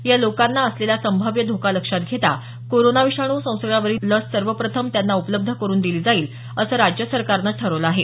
या लोकांना असलेला संभाव्य धोका लक्षात घेता कोरोना विषाणू संसर्गावरील लस सर्व प्रथम त्यांना उपलब्ध करून दिली जाईल असं राज्य सरकारनं ठरवलं आहे